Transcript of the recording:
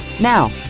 Now